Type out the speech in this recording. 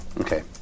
Okay